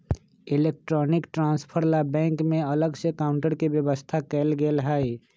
electronic transfer ला bank में अलग से काउंटर के व्यवस्था कएल हई